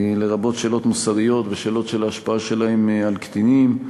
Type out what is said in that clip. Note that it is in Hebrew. לרבות שאלות מוסריות ושאלות של ההשפעה שלהם על קטינים.